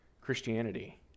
Christianity